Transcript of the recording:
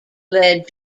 led